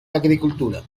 agricultura